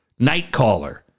Nightcaller